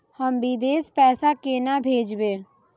हम विदेश पैसा केना भेजबे?